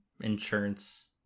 insurance